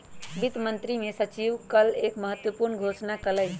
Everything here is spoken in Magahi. वित्त मंत्री के सचिव ने कल एक महत्वपूर्ण घोषणा कइलय